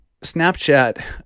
Snapchat